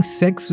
sex